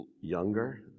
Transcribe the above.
younger